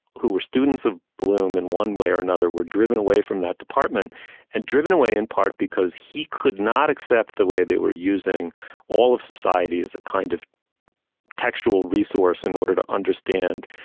who were students of bloom in one way or another, were driven away from that department and driven away in part because he could not accept the way they were using all of society as a kind of textual resource in order to understand,